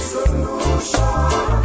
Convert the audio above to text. Solution